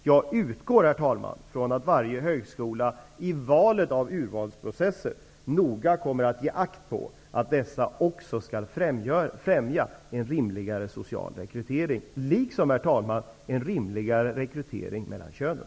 Jag utgår, herr talman, från att varje högskola i valet av urvalsprocesser noga kommer att ge akt på att dessa också skall främja en rimligare social rekrytering liksom, herr talman, en rekrytering med en rimligare fördelning mellan könen.